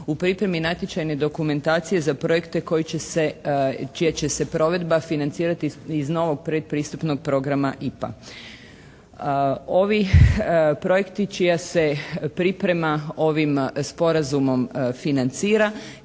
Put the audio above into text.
U pripremi natječajne dokumentacije za projekte koji će se, čija će se provedba financirati iz novog pretpristupnog programa IPA. Ovi projekti čija se priprema ovim Sporazumom financira,